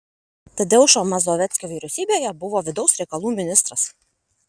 tadeušo mazoveckio vyriausybėje buvo vidaus reikalų ministras